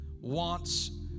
wants